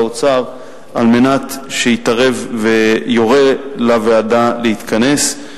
האוצר על מנת שיתערב ויורה לוועדה להתכנס,